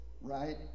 right